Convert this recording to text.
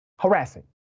harassing